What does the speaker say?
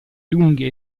lunghe